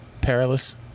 Perilous